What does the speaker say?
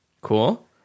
Cool